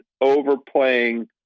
overplaying